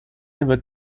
never